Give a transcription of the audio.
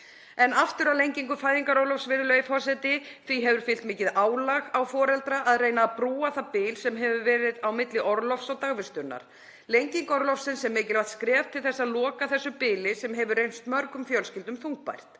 En aftur að lengingu fæðingarorlofs, virðulegi forseti. Því hefur fylgt mikið álag á foreldra að reyna að brúa það bil sem hefur verið á milli orlofs og dagvistunar. Lenging orlofsins er mikilvægt skref til að loka þessu bili sem hefur reynst mörgum fjölskyldum þungbært.